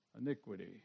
Iniquity